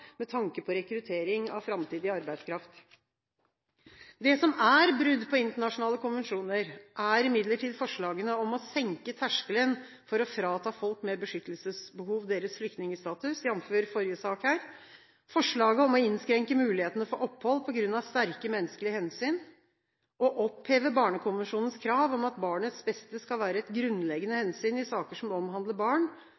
med tanke på rekruttering av framtidig arbeidskraft. Det som er brudd på internasjonale konvensjoner, er imidlertid forslagene om å senke terskelen for å frata folk med beskyttelsesbehov deres flyktningstatus, jf. forrige sak, forslag om å innskrenke mulighetene for opphold på grunn av sterke menneskelige hensyn, å oppheve Barnekonvensjonens krav om at barnets beste skal være et grunnleggende